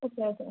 अच्छा अच्छा